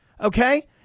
okay